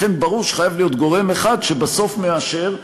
לכן ברור שחייב להיות גורם אחד שבסוף מאשר,